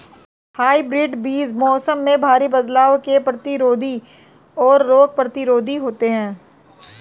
hybrid बीज मौसम में भारी बदलाव के प्रतिरोधी और रोग प्रतिरोधी होते हैं